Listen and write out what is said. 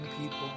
people